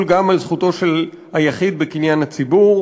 גם על זכותו של היחיד בקניין הציבור,